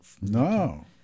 no